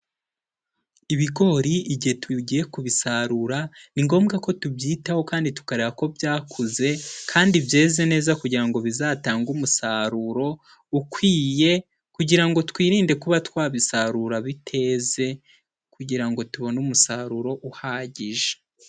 Ibigori igihe tugiye kubisarura ni ngombwa ko tubyitaho kandi tukareba ko byakuze, kandi byeze neza kugira ngo bizatange umusaruro ukwiye, kugira ngo twirinde kuba twabisarura biteze, kugira ngo tubone umusaruro uhagije.